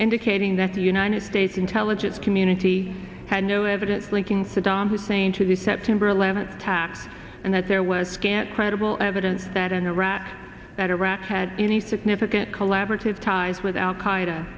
indicating that the united states intelligence community had no evidence linking saddam hussein to the september eleventh attacks and that there was scant credible evidence that an iraq that iraq had any significant collaborative ties with al